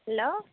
hello